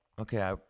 okay